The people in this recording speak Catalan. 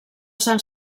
sant